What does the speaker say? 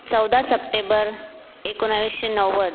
चौदा सप्टेबर एकोणावीसशे नव्वद